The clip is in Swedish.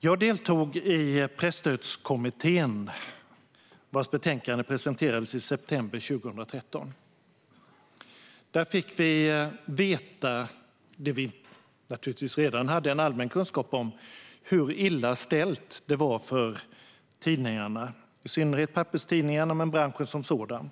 Jag deltog i Presstödskommittén, vars betänkande presenterades i september 2013. Där fick vi veta, vilket vi naturligtvis redan hade en allmän kunskap om, hur illa ställt det var för i synnerhet papperstidningarna och för branschen som sådan.